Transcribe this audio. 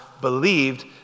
believed